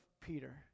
Peter